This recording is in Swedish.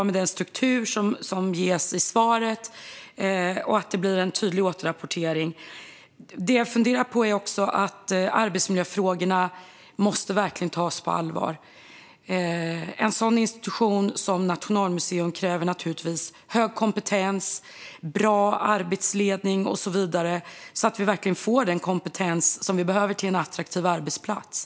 Den struktur som anges i svaret är bra liksom att det ska ske en tydlig återrapportering. Jag funderar dock på arbetsmiljöfrågorna som verkligen måste tas på allvar. En institution som Nationalmuseum kräver naturligtvis hög kompetens, bra arbetsledning och så vidare så att vi verkligen får den kompetens som behövs för att vi ska få en attraktiv arbetsplats.